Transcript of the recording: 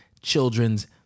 children's